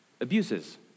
abuses